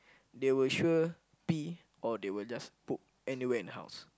they will sure pee or they will just poo anywhere in the house